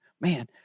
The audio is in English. man